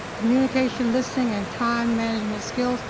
communication, listening, and time management skills,